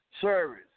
Service